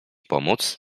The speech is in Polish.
pomóc